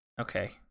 Okay